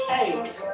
eight